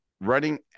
running